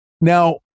Now